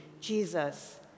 Jesus